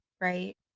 right